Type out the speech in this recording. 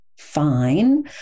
fine